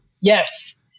yes